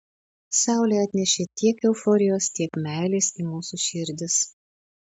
saulė atnešė tiek euforijos tiek meilės į mūsų širdis